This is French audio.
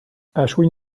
ashwin